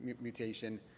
mutation